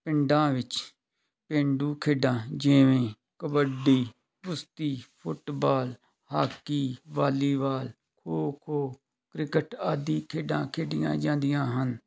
ਪਿੰਡਾਂ ਵਿੱਚ ਪੇਂਡੂ ਖੇਡਾਂ ਜਿਵੇਂ ਕਬੱਡੀ ਕੁਸ਼ਤੀ football hockey volleyball kho kho cricket ਆਦਿ ਖੇਡਾਂ ਖੇਡੀਆਂ ਜਾਂਦੀਆਂ ਹਨ